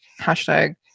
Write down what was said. hashtag